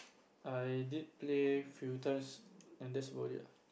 I did play few times and that's about it lah